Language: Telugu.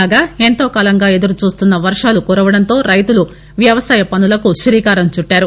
కాగా ఎంతో కాలంగా ఎదురుచూస్తున్న వర్వాలు రావడంతో రైతులు వ్యవసాయ పనులకు శ్రీకారం చుట్టారు